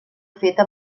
feta